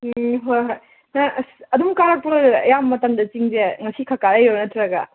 ꯍꯣꯏ ꯍꯣꯏ ꯅꯪ ꯑꯁ ꯑꯗꯨꯝ ꯀꯥꯔꯛꯄ꯭ꯔꯣ ꯑꯌꯥꯝꯕ ꯃꯇꯝꯗ ꯆꯤꯡꯁꯦ ꯉꯁꯤꯈꯛ ꯀꯥꯔꯛꯏꯔꯣ ꯅꯠꯇ꯭ꯔꯒ